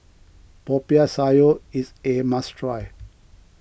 Popiah Sayur is a must try